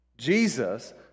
Jesus